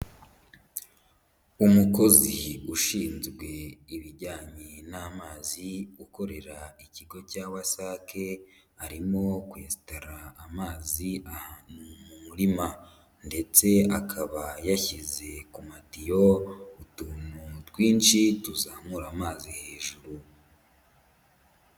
Umukozi ushinzwe ibijyanye n'amazi ukorera ikigo cya wasake, arimo kwesitara amazi ahantu mu murima ndetse akaba yashyize ku matiyo, utuntu twinshi tuzamura amazi hejuru.